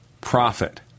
profit